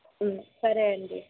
సరే అండి